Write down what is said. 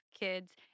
kids